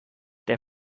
der